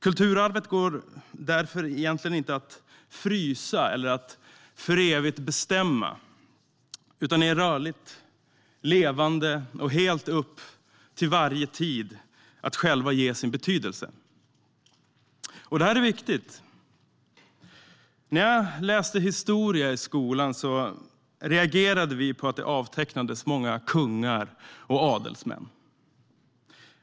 Kulturarvet går därför egentligen inte att frysa eller för evigt bestämma, utan det är rörligt och levande. Det är helt upp till varje tid att själv ge det dess betydelse. Detta är viktigt. När jag läste historia i skolan reagerade vi på att det avtecknades många kungar och adelsmän.